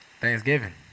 Thanksgiving